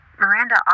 Miranda